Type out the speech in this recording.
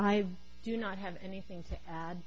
i do not have anything to add